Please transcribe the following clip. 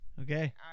Okay